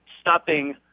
stopping